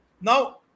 Now